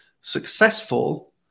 successful